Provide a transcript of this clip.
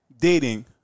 dating